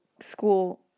school